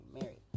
married